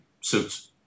suits